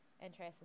interesting